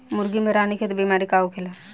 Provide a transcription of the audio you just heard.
मुर्गी में रानीखेत बिमारी का होखेला?